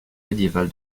médiéval